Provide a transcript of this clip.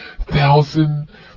thousand